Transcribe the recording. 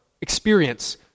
experience